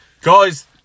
guys